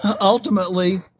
ultimately